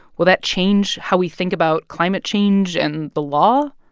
will that change how we think about climate change and the law?